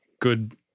good